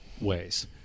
ways